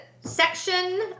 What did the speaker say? section